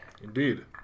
Indeed